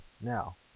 Now